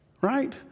Right